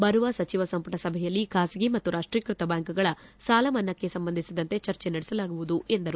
ಬರುವ ಸಚಿವ ಸಂಪುಟ ಸಭೆಯಲ್ಲಿ ಖಾಸಗಿ ಮತ್ತು ರಾಷ್ಟೀಕೃತ ಬ್ಯಾಂಕುಗಳ ಸಾಲ ಮನ್ನಾಕ್ಷೆ ಸಂಬಂಧಿಸಿದಂತೆ ಚರ್ಚೆ ನಡೆಸಲಾಗುವುದು ಎಂದರು